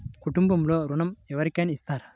కుటుంబంలో ఋణం ఎవరికైనా ఇస్తారా?